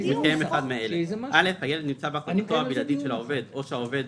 ומתקיים אחד מאלה: הילד נמצא בהחזקתו הבלעדית של העובד או שהעובד